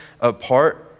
apart